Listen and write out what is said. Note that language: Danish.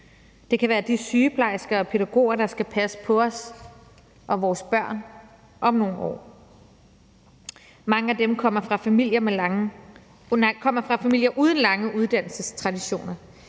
Det kan være de sygeplejersker og pædagoger, der skal passe på os og vores børn om nogle år. Mange af dem kommer fra familier uden lange uddannelsestraditioner.